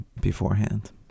beforehand